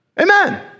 Amen